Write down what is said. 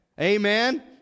Amen